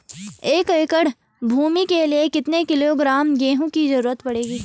एक एकड़ भूमि के लिए कितने किलोग्राम गेहूँ की जरूरत पड़ती है?